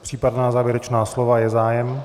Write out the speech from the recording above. Případná závěrečná slova je zájem?